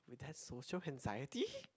that's social anxiety